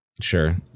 Sure